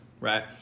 right